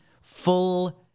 full